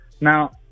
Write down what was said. Now